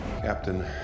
Captain